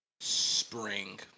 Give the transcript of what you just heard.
spring